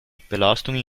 belastungen